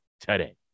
today